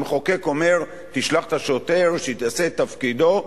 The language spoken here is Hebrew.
המחוקק אומר: תשלח את השוטר שיעשה את תפקידו,